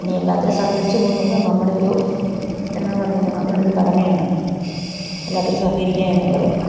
പിന്നെ എല്ലാറ്റിലും സഹകരിച്ചു പോകുന്നത് നമ്മുടെയൊരു എന്നാ പറയുന്നത് നമ്മുടെയൊരു കടമയാണ് എല്ലാറ്റിനും സഹകരിക്കുകയെന്നുള്ളത്